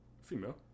Female